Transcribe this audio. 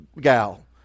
gal